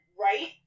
right